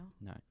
No